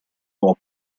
pop